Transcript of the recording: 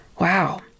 wow